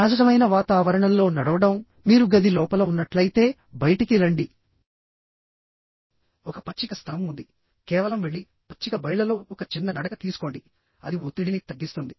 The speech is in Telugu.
సహజమైన వాతావరణంలో నడవడం మీరు గది లోపల ఉన్నట్లయితే బయటికి రండిఒక పచ్చిక స్థలం ఉంది కేవలం వెళ్లి పచ్చిక బయళ్లలో ఒక చిన్న నడక తీసుకోండి అది ఒత్తిడిని తగ్గిస్తుంది